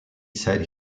said